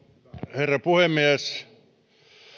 herra puhemies kun